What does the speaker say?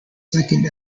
second